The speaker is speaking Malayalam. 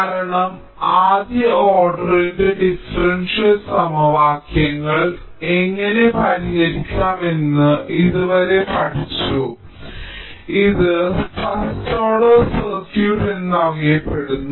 കാരണം ആദ്യ ഓർഡറിന്റെ ഡിഫറൻഷ്യൽ സമവാക്യങ്ങൾ എങ്ങനെ പരിഹരിക്കാമെന്ന് ഇതുവരെ പഠിച്ചു ഇത് ഫസ്റ്റ് ഓർഡർ സർക്യൂട്ട് എന്നറിയപ്പെടുന്നു